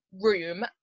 room